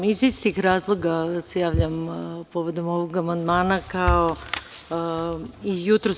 Iz istih razloga se javljam povodom ovog amandmana kao i jutros.